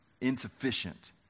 insufficient